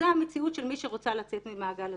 זו המציאות של מי שרוצה לצאת ממעגל הזנות.